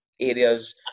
areas